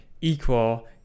equal